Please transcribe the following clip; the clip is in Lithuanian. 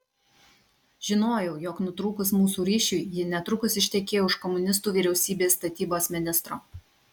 žinojau jog nutrūkus mūsų ryšiui ji netrukus ištekėjo už komunistų vyriausybės statybos ministro